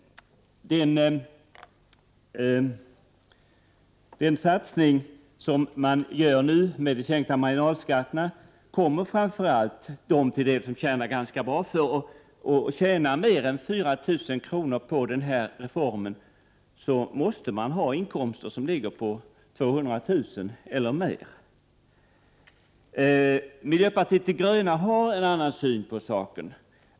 Den satsning som nu görs med sänkta marginalskatter kommer framför allt att gynna de högavlönade. För att man skall tjäna mer än 4 000 kr. på reformen måste ens årsinkomst uppgå till 200 000 kr. eller mer. Miljöpartiet de gröna har en annan syn på saken.